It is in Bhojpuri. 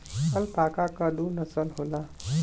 अल्पाका क दू नसल होला